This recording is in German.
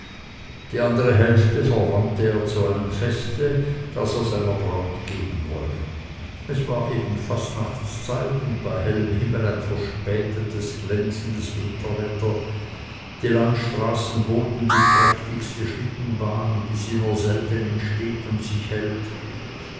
die andere hälfte verwandte er zu einem feste das er seiner braut geben wollte es war eben fastnachtszeit und bei hellem himmel ein verspätetes glänzendes winterwetter die landstraßen boten die prächtigste schlittenbahn wie sie nur selten entsteht und sich hält